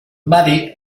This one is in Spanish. buddy